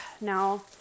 now